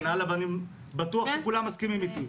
ואני בטוח שכולם מסכימים איתי.